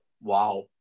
wow